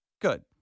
Good